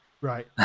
Right